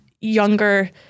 younger